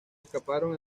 escaparon